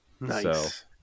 Nice